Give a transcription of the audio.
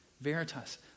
Veritas